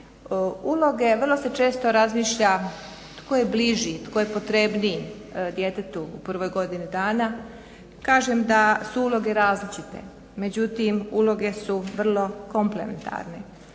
Uloge, vrlo često se razmišlja tko je bliži, tko je potrebniji djetetu u prvoj godini dana. Kažem da su uloge različite. Međutim uloge su vrlo komplementarne.